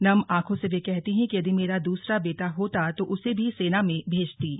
नम आंखों से वे कहती हैं कि यदि मेरा दूसरा बेटा होता तो उसे भी सेना में भेजतीं